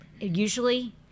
usually